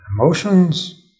Emotions